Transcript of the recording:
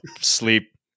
sleep